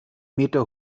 meter